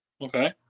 Okay